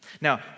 Now